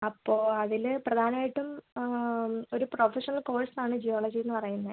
അപ്പോൾ അതിൽ പ്രധാനമായിട്ടും ഒരു പ്രൊഫഷണൽ കോഴ്സ് ആണ് ജിയോളജി എന്ന് പറയുന്നത്